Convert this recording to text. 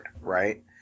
right